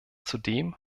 zudem